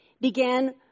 began